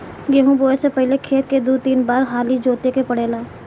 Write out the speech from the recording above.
गेंहू बोऐ से पहिले खेत के दू तीन हाली जोते के पड़ेला